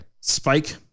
Spike